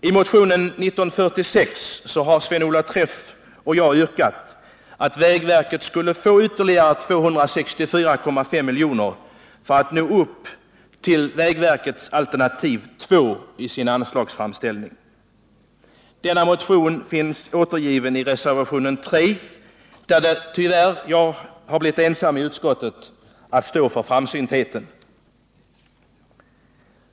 I motionen 1946 har Sven-Olov Träff och jag yrkat att vägverket skulle få ytterligare 264,5 milj.kr. för att nå upp till vägverkets alternativ 2 i sin anslagsframställning. Denna motion finns återgiven i reservationen 3. Tyvärr kom jag i utskottet att ensam stå för framsyntheten.